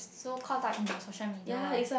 so caught up in the social media world